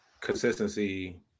consistency